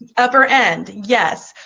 upper end, yes.